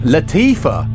Latifa